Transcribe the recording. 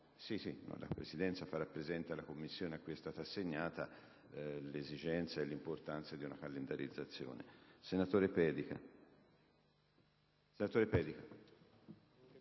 la Presidenza farà presente alla Commissione a cui è stata assegnato l'esigenza e l'importanza di una sua calendarizzazione. **Sull'assenza